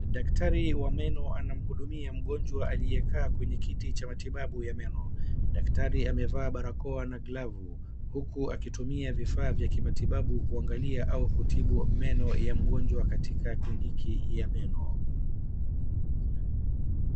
Daktari wa meno anamhudumia mgonjwa aliyekaa kwenye kiti cha matibabu ya meno. Daktari amevaa barakoa na glavu huku akitumia vifaa vya kimatibabu kuangalia au kutibu meno ya mgonjwa katika kliniki ya meno.